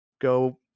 go